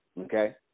Okay